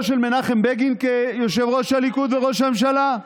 של מנחם בגין כיושב-ראש הליכוד או כראש הממשלה?